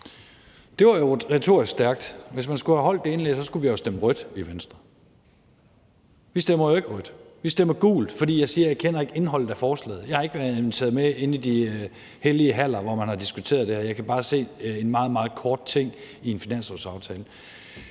Det var jo retorisk stærkt, og ud fra det, der blev sagt, skulle vi jo have stemt rødt i Venstre. Vi stemmer jo ikke rødt, vi stemmer gult, fordi jeg siger, at jeg ikke kender indholdet af forslaget. Jeg har ikke været inviteret med ind i de hellige haller, hvor man har diskuteret det her, men jeg kan bare se en meget, meget kort tekst i en finanslovsaftale.